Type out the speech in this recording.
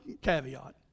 caveat